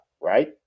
right